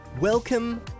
Welcome